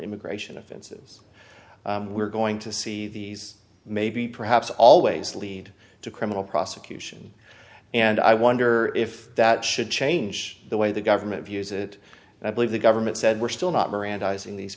immigration offenses we're going to see these maybe perhaps always lead to criminal prosecution and i wonder if that should change the way the government views it i believe the government said we're still not